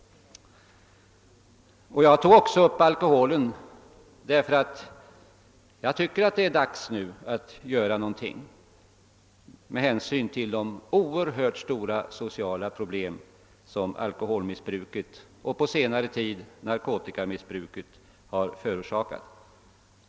Jag tog också upp frågan om alkoholen därför att jag tycker att det är dags att göra någonting med hänsyn till de oerhört stora sociala problem som alkoholmissbruket — och på senare tid narkotikamissbruket — har förorsakat.